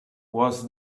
was